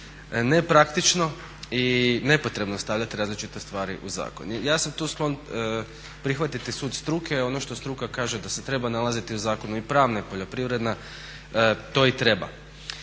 nepraktično i nepotrebno stavljati različite stvari u zakon. Ja sam tu sklon prihvatiti sud struke. Ono što struka kaže da se treba nalaziti u zakonu i pravna i poljoprivredna to i treba.